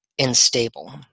unstable